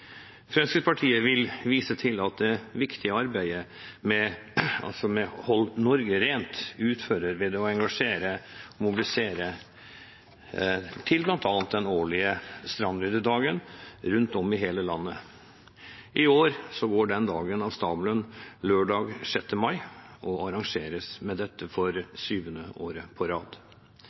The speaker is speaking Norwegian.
Fremskrittspartiet vil vise til det viktige arbeidet som Hold Norge Rent utfører, ved å engasjere og ved å mobilisere til bl.a. den årlige strandryddedagen rundt om i hele landet. I år går denne strandryddingen av stabelen lørdag 6. mai og arrangeres med dette for syvende året på rad.